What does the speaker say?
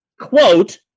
quote